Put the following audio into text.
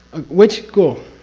which school?